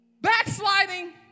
Backsliding